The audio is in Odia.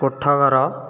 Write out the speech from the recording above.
କୋଠ ଘର